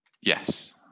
Yes